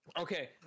Okay